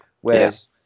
Whereas